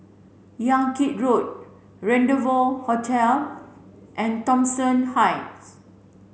Yan Kit Road Rendezvou Hotel and Thomson Heights